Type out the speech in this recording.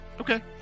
Okay